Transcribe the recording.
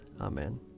Amen